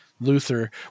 Luther